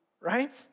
right